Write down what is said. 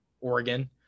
Oregon